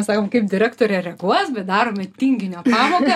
mes sakom kaip direktorė reaguos bet darome tinginio pamoką